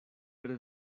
per